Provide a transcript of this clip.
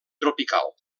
tropical